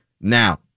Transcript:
now